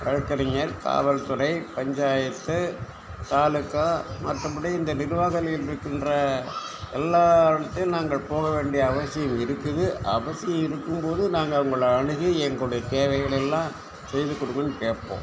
வழக்கறிஞர் காவல்துறை பஞ்சாயத்து தாலுக்கா மற்றபடி இந்த நிர்வாகங்களில் இருக்கின்ற எல்லா இடத்தையும் நாங்கள் போக வேண்டிய அவசியம் இருக்குது அவசியம் இருக்கும் போது நாங்கள் அவங்கள அணுகி எங்களுடைய தேவைகளையெல்லாம் செய்து கொடுங்கள்னு கேட்போம்